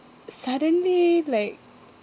suddenly like